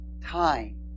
time